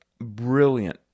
brilliant